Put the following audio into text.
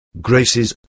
graces